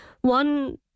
One